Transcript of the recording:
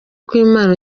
kw’imana